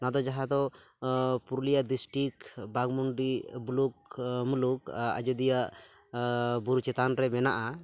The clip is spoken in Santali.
ᱚᱱᱟᱫᱚ ᱡᱟᱦᱟᱸᱫᱚ ᱯᱩᱨᱩᱞᱤᱭᱟᱹ ᱰᱤᱥᱴᱤᱠ ᱵᱟᱜᱽᱢᱩᱱᱰᱤ ᱵᱩᱞᱩᱠ ᱢᱩᱞᱩᱠ ᱟᱡᱳᱫᱤᱭᱟᱹ ᱵᱩᱨᱩ ᱪᱮᱛᱟᱱᱨᱮ ᱢᱮᱱᱟᱜᱼᱟ